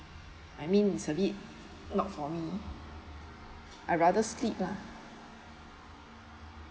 I mean it's a bit not for me I rather sleep[lah]